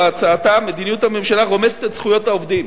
או הצעתה: מדיניות הממשלה רומסת את זכויות העובדים.